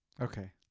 Okay